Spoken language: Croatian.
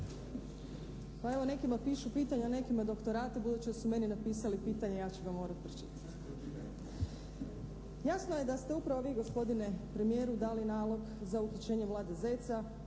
Pa evo, nekima pišu pitanja, nekima doktorate. Budući da su meni napisali pitanje ja ću ga morati pročitati. Jasno je da ste upravo vi gospodine premijeru dali nalog za uručenje Vlade Zeca